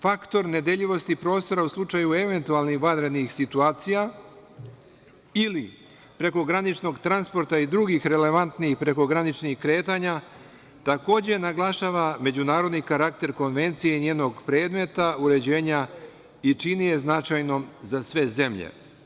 Faktor nedeljivosti prostora u slučaju eventualnih vanrednih situacija ili prekograničnog transporta i drugih relevantnih prekograničnih kretanja, takođe naglašava međunarodni karakter Konvencije i njenog predmeta uređenja i čini je značajno za sve zemlje.